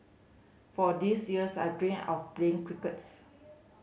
for this years I dreamed of playing crickets